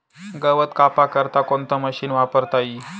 गवत कापा करता कोणतं मशीन वापरता ई?